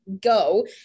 go